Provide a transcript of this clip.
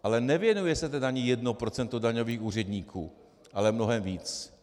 Ale nevěnuje se té dani 1 % daňových úředníků, ale mnohem víc.